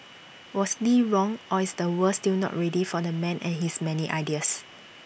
was lee wrong or is the world still not ready for the man and his many ideas